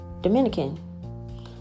Dominican